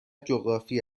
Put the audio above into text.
جغرافی